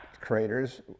craters